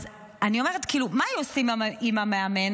אז אני אומרת, כאילו, מה היו עושים עם המאמן?